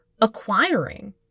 acquiring